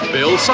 Bill